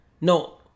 No